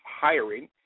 hiring